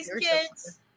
kids